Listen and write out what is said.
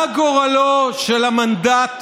מה גורלו של המנדט